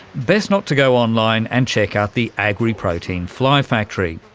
best not to go online and check out the agriprotein fly factory.